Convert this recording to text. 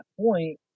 point